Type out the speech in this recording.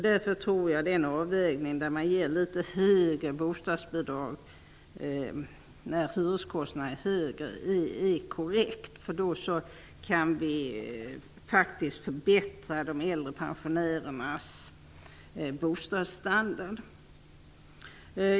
Därför tror jag att den avvägningen att man skall ge litet högre bostadsbidrag när hyreskostnaderna är högre är korrekt. Då kan vi förbättra de äldre pensionärernas bostadsstandard.